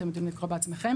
אתם יודעים לקרוא בעצמכם.